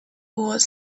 was